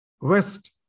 west